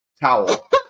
Towel